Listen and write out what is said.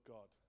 God